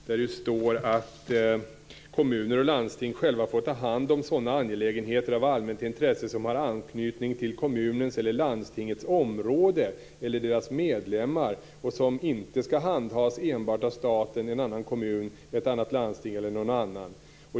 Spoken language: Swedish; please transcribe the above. Där står det att kommuner och landsting själva får ta hand om sådana angelägenheter av allmänt intresse som har anknytning till kommunens eller landstingets område eller medlemmar och som inte skall handhas enbart av staten, en annan kommun, ett annat landsting eller någon annan.